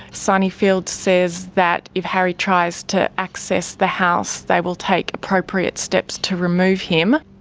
sunnyfield says that if harry tries to access the house, they will take appropriate steps to remove him.